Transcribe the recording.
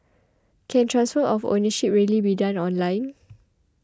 can transfer of ownership really be done online